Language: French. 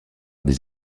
des